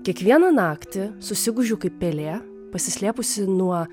kiekvieną naktį susigūžiu kaip pelė pasislėpusi nuo